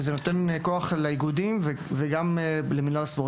וזה נותן כוח לאיגודים, וגם למינהל הספורט.